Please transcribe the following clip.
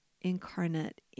incarnate